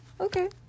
okay